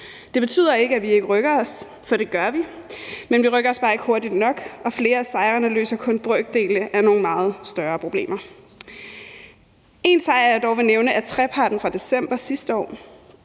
Det betyder ikke, at vi ikke rykker os, for det gør vi, men vi rykker os bare ikke hurtigt nok, og flere af sejrene løser kun brøkdele af nogle meget større problemer. En sejr, jeg dog vil nævne, er treparten fra december sidste år.